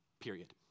period